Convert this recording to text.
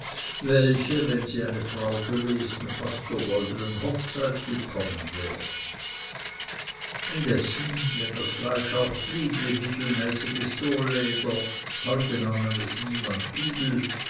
welche wenn sie eine frau gewesen fast gar zur goldenen hochzeit gekommen wäre indessen wenn das fleisch auch blieb wie mittelmäßiges sohlleder heute nahm es niemand übel